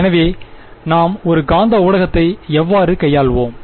எனவே நாம் ஒரு காந்த ஊடகத்தை எவ்வாறு கையாள்வோம்